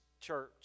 church